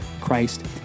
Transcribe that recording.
Christ